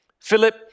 Philip